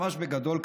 ממש בגדול,